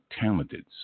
talented